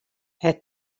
het